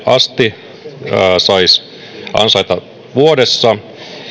asti saisi ansaita vuodessa